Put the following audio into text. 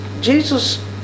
Jesus